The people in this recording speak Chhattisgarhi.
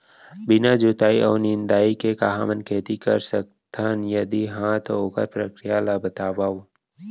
बिना जुताई अऊ निंदाई के का हमन खेती कर सकथन, यदि कहाँ तो ओखर प्रक्रिया ला बतावव?